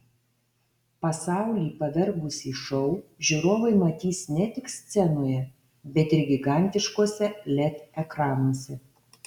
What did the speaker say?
pasaulį pavergusį šou žiūrovai matys ne tik scenoje bet ir gigantiškuose led ekranuose